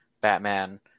Batman